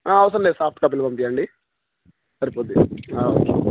అవుసరండి soft కాపీలు పంపిండి సరిపోద్ది